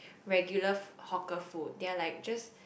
regular hawker food they are like just